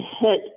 hit